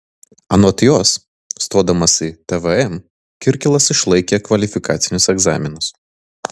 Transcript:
anot jos stodamas į tvm kirkilas išlaikė kvalifikacinius egzaminus